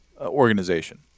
organization